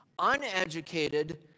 uneducated